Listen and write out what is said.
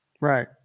Right